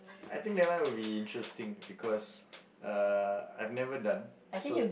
I think that one would be interesting because uh I've never done so